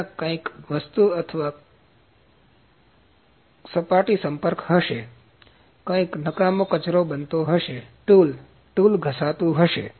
ત્યાં કદાચ કંઈક વસ્તુ કપટી સંપર્ક હશે કંઈક નકામો કચરો બનતો હશે ટૂલ ટૂલ ઘસાતું હશે